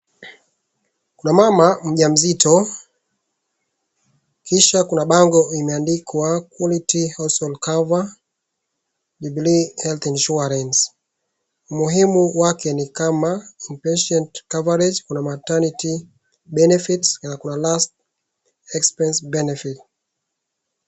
Kuna mama mjamzito, kisha kuna bango imeandikwa Quality Hospital Cover, Jubilee Health Insurance , umuhimu wake ni kama In-patient coverage , kuna Maternity Benefit , na kuna Last expense Benefit .